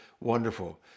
wonderful